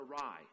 awry